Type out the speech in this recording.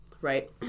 right